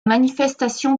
manifestation